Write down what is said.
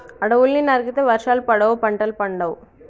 అడవుల్ని నరికితే వర్షాలు పడవు, పంటలు పండవు